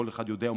כל אחד יודע,